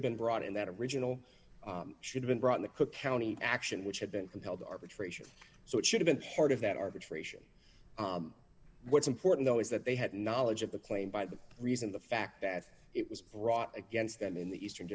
have been brought in that original should've been brought in the cook county action which had been compelled arbitration so it should have been part of that arbitration what's important though is that they had knowledge of the claim by the reason the fact that it was brought against them in the eastern